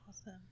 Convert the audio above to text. awesome